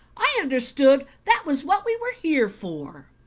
i understood that was what we were here for.